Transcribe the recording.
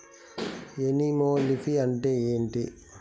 Anemophily అంటే ఏంటి?